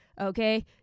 okay